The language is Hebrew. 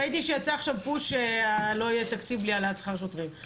ראיתי שיצא עכשיו פוש שלא יהיה תקציב בלי העלאת שכר השוטרים.